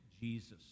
Jesus